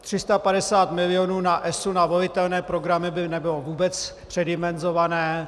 350 milionů na ESA na volitelné programy by nebylo vůbec předimenzované.